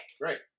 Right